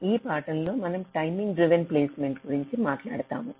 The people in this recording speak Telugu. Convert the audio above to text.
ఈ పాఠంలో మనం టైమింగ్ డ్రివెన్ ప్లేస్మెంట్ గురించి మాట్లాడుతాము